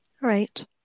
right